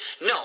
No